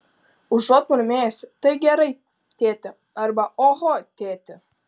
užuot murmėjusi tai gerai tėti arba oho tėti